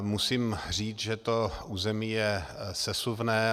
Musím říct, že to území je sesuvné.